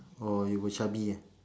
oh you were chubby ah